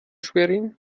schwerin